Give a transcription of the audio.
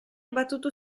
battuto